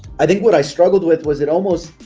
i think what i struggled with was it almost